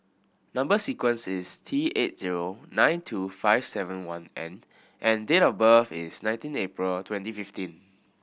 number sequence is T eight zero nine two five seven one N and date of birth is nineteen April twenty fifteen